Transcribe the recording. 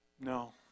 No